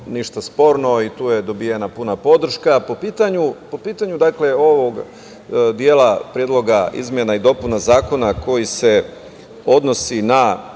ništa sporno i tu je dobijena puna podrška. Po pitanju ovog dela Predloga izmena i dopuna Zakona koji se odnosi na